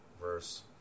verse